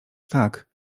tak